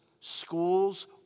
schools